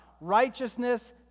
righteousness